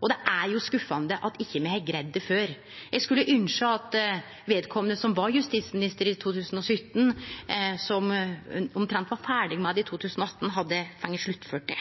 Og det er skuffande at me ikkje har greidd det før. Eg skulle ynskje at vedkomande som var justisminister i 2017, som omtrent var ferdig med det i 2018, hadde fått sluttført det.